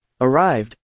arrived